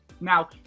Now